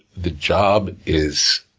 the job is